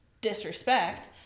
disrespect